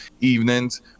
evenings